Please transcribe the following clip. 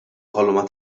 ħolma